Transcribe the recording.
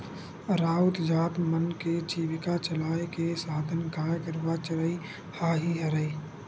राउत जात मन के जीविका चलाय के साधन गाय गरुवा चरई ह ही हरय